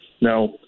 Now